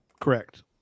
correct